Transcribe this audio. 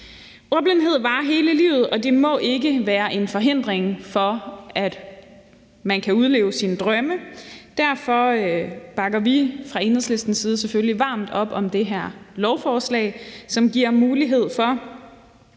Ordblindhed varer hele livet, og det må ikke være en forhindring for, at man kan udleve sine drømme. Derfor bakker vi fra Enhedslistens side selvfølgelig varmt op om det her lovforslag, som forhindrer,